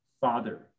father